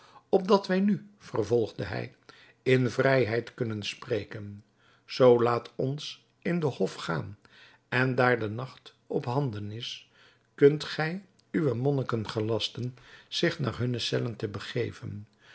opdat wij nu vervolgde hij in vrijheid kunnen spreken zoo laat ons in den hof gaan en daar de nacht op handen is kunt gij uwe monniken gelasten zich naar hunne cellen te begeven